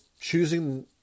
choosing